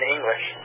English